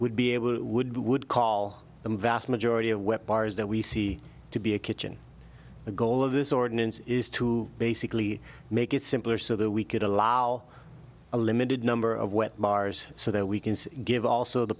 would be able would would call the vast majority of weapons that we see to be a kitchen the goal of this ordinance is to basically make it simpler so that we could allow a limited number of wet bars so that we can give also the